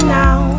now